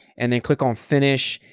and then click on finish.